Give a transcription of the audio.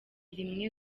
rimwe